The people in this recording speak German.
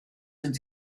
sind